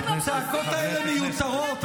הצעקות האלה מיותרות,